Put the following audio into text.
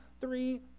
three